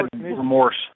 remorse